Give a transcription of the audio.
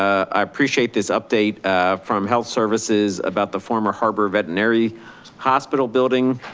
i appreciate this update from health services about the former harbor veterinary hospital building.